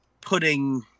putting